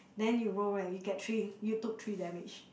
then you roll right you get three you took three damage